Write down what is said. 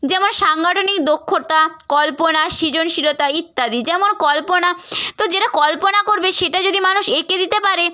যেমন সাংগঠনিক দক্ষতা কল্পনা সৃজনশীলতা ইত্যাদি যেমন কল্পনা তো যেটা কল্পনা করবে সেটা যদি মানুষ এঁকে দিতে পারে